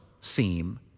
seem